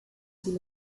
sie